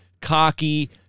cocky